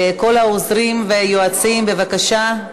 כל העוזרים והיועצים, בבקשה.